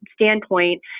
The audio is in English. standpoint